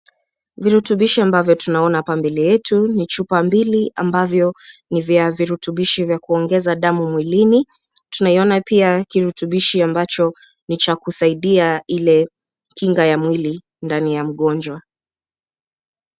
Virutubishi ambavyo tunaona hapa mbele yetu, ni chupa mbili ambavyo ni vya virutubishi vya kuongeza damu mwilini. Tunaiona pia kirutubishi ambacho ni cha kusaidia ile kinga ya mwili ndani ya mgonjwa.